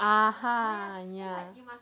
ah ha ya